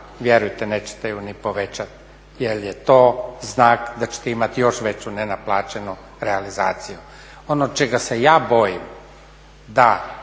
vjerujte nećete je ni povećati jer je to znak da ćete imati još veću nenaplaćenu realizaciju. Ono čega se ja bojim da